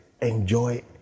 enjoy